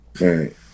right